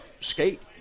skate